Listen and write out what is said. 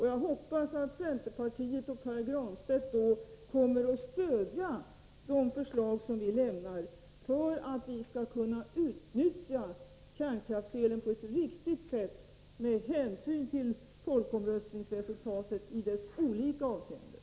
Jag hoppas att centerpartiet och Pär Granstedt då kommer att stödja de förslag som vi lägger fram för att vi skall kunna utnyttja kärnkraftselen på ett riktigt sätt med hänsyn till folkomröstningsresultatet i dess olika avseenden.